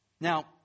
Now